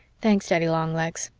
thanks, daddy longlegs.